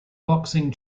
boxing